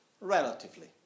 Relatively